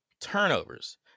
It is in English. turnovers